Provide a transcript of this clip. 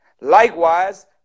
Likewise